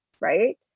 right